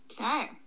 Okay